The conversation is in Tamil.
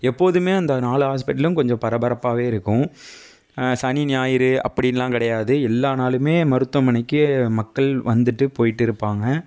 எப்போதுமே அந்த நாலு ஆஸ்பிட்லும் கொஞ்சம் பரபரப்பாகவே இருக்கும் சனி ஞாயிறு அப்படியெல்லாம் கிடையாது எல்லா நாளுமே மருத்துவமனைக்கு மக்கள் வந்துவிட்டு போயிகிட்டு இருப்பாங்க